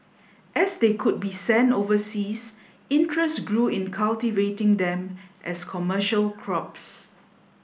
as they could be sent overseas interest grew in cultivating them as commercial crops